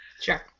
Sure